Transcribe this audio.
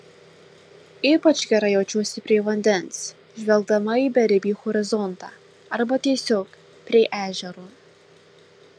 ypač gerai jaučiuosi prie vandens žvelgdama į beribį horizontą arba tiesiog prie ežero